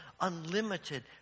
unlimited